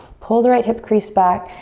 pull the right hip crease back,